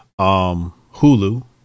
Hulu